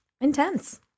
intense